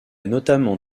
notamment